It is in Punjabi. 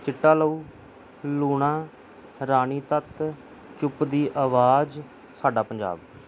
ਚਿੱਟਾ ਲਹੂ ਲੂਣਾ ਰਾਣੀ ਤੱਤ ਚੁੱਪ ਦੀ ਆਵਾਜ਼ ਸਾਡਾ ਪੰਜਾਬ